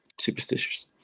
superstitious